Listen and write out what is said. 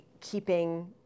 keeping